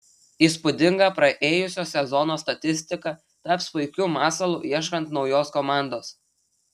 įspūdinga praėjusio sezono statistika taps puikiu masalu ieškant naujos komandos